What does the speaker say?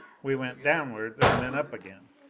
we went downwards, and then up again.